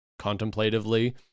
contemplatively